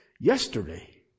yesterday